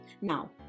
Now